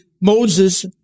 Moses